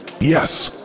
yes